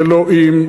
זה לא "אם",